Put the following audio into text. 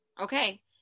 Okay